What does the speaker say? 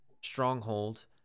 stronghold